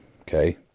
okay